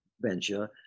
venture